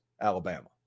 Alabama